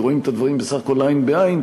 ורואים את הדברים בסך הכול עין בעין,